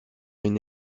une